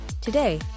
Today